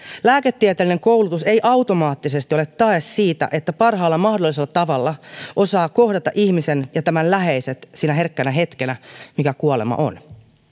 lääketieteellinen koulutus ei automaattisesti ole tae siitä että parhaalla mahdollisella tavalla osaa kohdata ihmisen ja tämän läheiset sinä herkkänä hetkenä mikä kuolema on